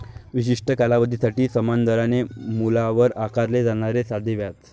विशिष्ट कालावधीसाठी समान दराने मुद्दलावर आकारले जाणारे साधे व्याज